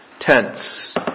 tense